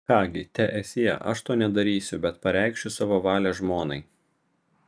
ką gi teesie aš to nedarysiu bet pareikšiu savo valią žmonai